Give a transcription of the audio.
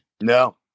No